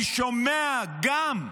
אני שומע גם,